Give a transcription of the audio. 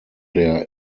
der